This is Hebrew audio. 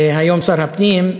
היום שר הפנים,